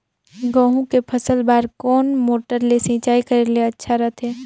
गहूं के फसल बार कोन मोटर ले सिंचाई करे ले अच्छा रथे?